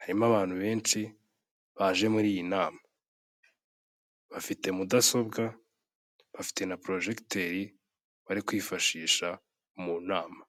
Harimo abantu benshi baje muri iyi nama. Bafite mudasobwa, bafite na porojegiteri bari kwifashisha mu nama.